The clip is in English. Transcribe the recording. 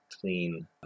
clean